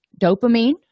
Dopamine